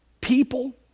people